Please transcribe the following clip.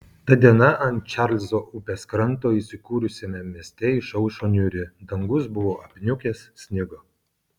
ta diena ant čarlzo upės kranto įsikūrusiame mieste išaušo niūri dangus buvo apniukęs snigo